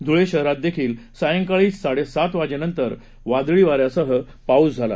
धुळे शहरातही सायंकाळी साडे सात वाजेनंतर वादळी वाऱ्यासह पाऊस झाला